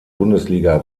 bundesliga